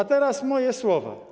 A teraz moje słowa.